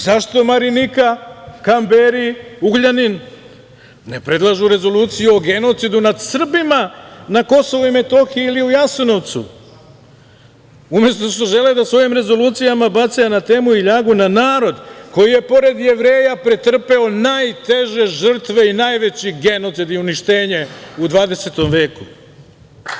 Zašto Marinika, Kamberi, Ugljanin, ne predlažu rezoluciju o genocidu nad Srbima na Kosovu i Metohiji ili u Jasenovcu, umesto što žele da svojim rezolucijama bace anatemu i ljagu na narod koji je pored Jevreja pretrpeo najteže žrtve i najveći genocid i uništenje u 20. veku?